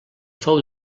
fou